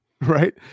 Right